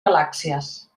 galàxies